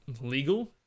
legal